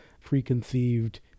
preconceived